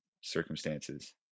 circumstances